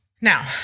Now